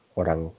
orang